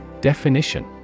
Definition